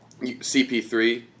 CP3